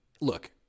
Look